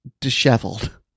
disheveled